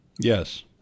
Yes